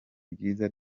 ryiza